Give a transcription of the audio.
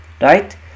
right